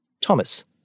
Thomas